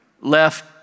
left